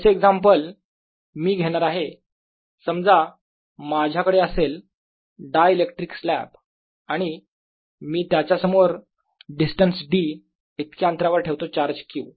पुढचे एक्झाम्पल मी घेणार आहे समजा माझ्याकडे असेल डायइलेक्ट्रिक स्लॅब आणि मी त्याच्या समोर डिस्टन्स D इतक्या अंतरावर ठेवतो चार्ज Q